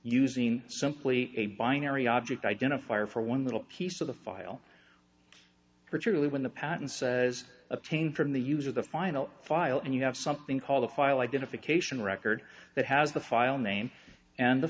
using simply a binary object identifier for one little piece of the file particularly when the patent says obtain from the user the final file and you have something called a file identification record that has the file name and the